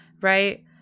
Right